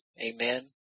Amen